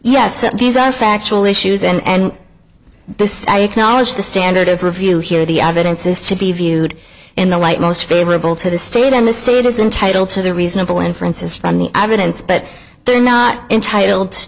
that these are factual issues and this i acknowledge the standard of review here the evidence is to be viewed in the light most favorable to the state and the state is entitle to the reasonable inferences from the evidence but they're not entitled